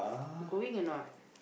you going or not